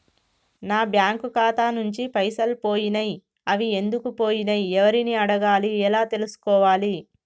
నా బ్యాంకు ఖాతా నుంచి పైసలు పోయినయ్ అవి ఎందుకు పోయినయ్ ఎవరిని అడగాలి ఎలా తెలుసుకోవాలి?